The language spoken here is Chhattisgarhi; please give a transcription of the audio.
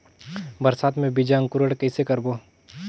बरसात मे बीजा अंकुरण कइसे करबो?